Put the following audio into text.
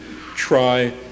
try